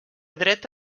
dreta